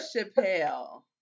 Chappelle